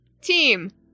Team